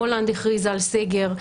הולנד הכריזה על סגר,